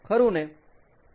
ખરું ને